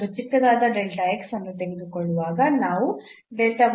ಮತ್ತು ಚಿಕ್ಕದಾದ ಅನ್ನು ತೆಗೆದುಕೊಳ್ಳುವಾಗ ನಾವು ಅನ್ನು 0